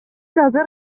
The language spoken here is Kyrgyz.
азыр